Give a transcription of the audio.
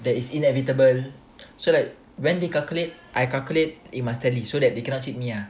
that is inevitable so like when they calculate I calculate it must tally so that they cannot cheat me ah